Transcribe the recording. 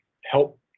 help